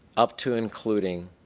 up to including